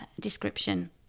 description